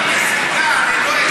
ואני